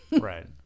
right